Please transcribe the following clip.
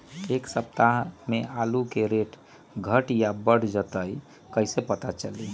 एक सप्ताह मे आलू के रेट घट ये बढ़ जतई त कईसे पता चली?